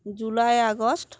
July August